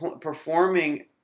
Performing